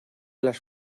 las